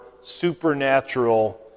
supernatural